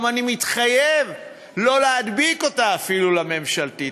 אני גם מתחייב לא להדביק אותה אפילו לממשלתית.